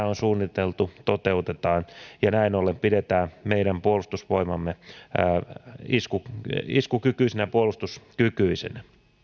on suunniteltu toteutetaan ja näin ollen pidetään meidän puolustusvoimamme iskukykyisenä iskukykyisenä ja puolustuskykyisenä